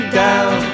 down